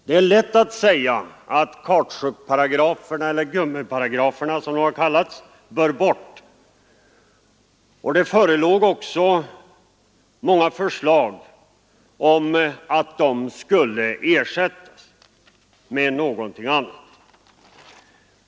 Det är lätt att säga att kautschukparagraferna, eller gummiparagraferna som de kallas, bör bort, och det förelåg också förslag om att de skulle ersättas med något annat.